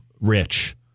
rich